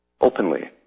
openly